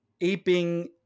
aping